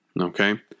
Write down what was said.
Okay